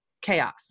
chaos